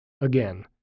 Again